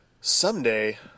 Someday